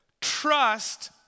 Trust